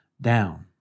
down